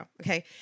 okay